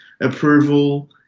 approval